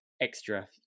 extra